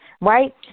right